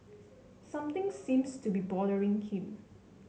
something seems to be bothering him